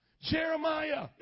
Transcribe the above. Jeremiah